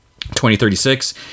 2036